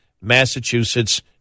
Massachusetts